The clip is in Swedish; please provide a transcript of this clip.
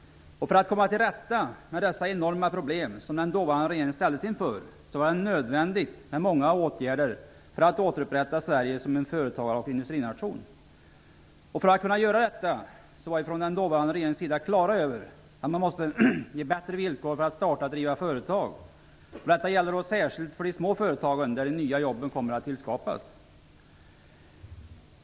För att komma till rätta med de enorma problem som den dåvarande regeringen ställdes inför var det nödvändigt med många åtgärder för att återupprätta Sverige som en företagar och industrination. För att kunna göra detta var vi från den dåvarande regeringens sida klara över att man måste ge bättre villkor för att starta och driva företag. Detta gäller särskilt för de små företagen, där de nya jobben kommer att tillskapas.